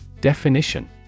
Definition